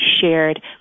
shared